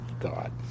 God